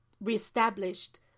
reestablished